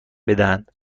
بدهند